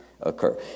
occur